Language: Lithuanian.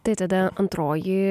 tai tada antroji